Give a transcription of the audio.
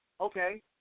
Okay